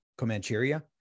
comancheria